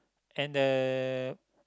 and the